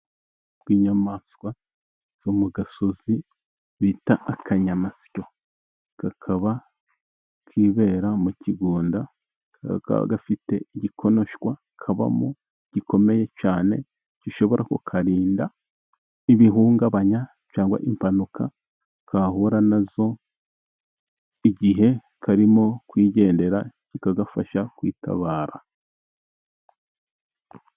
Ubwoko bw'inyamaswa zo mu gasozi bita akanyamasyo. Kakaba kibera mu kigunda, kakaba gafite igikonoshwa kabamo gikomeye cyane, gishobora kukarinda ibihungabanya cyangwa impanuka kahura nazo, igihe karimo kwigendera. Kikagafasha kwitabara.